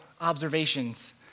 observations